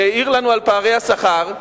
שהעיר לנו על פערי השכר,